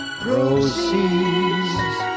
proceeds